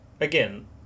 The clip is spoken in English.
again